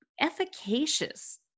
efficacious